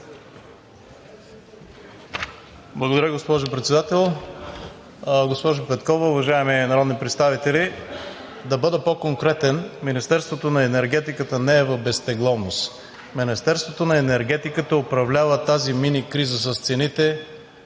Благодаря, госпожо Председател. Госпожо Петкова, уважаеми народни представители! Да бъда по-конкретен – Министерството на енергетиката не е в безтегловност. Министерството на енергетиката управлява тази мини криза с цените